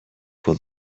for